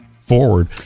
forward